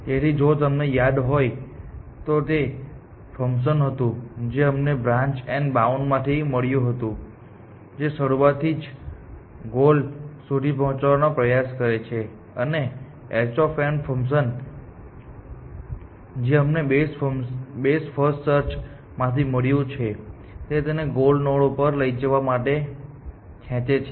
તેથી જો તમને યાદ હોય તો તે ફંકશન હતું જે અમને બ્રાન્ચ એન્ડ બાઉન્ડ માંથી મળ્યું હતું જે શરૂઆતથી જ ગોલ સુધી પહોંચવાનો પ્રયાસ કરે છે અને h ફંકશન જે અમને બેસ્ટ ફર્સ્ટ સર્ચ માંથી મળ્યું છે તે તેને ગોલ નોડ પર લઈ જવા માટે ખેંચે છે